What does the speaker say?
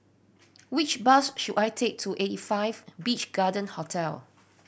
which bus should I take to Eighty Five Beach Garden Hotel